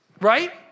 right